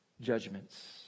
judgments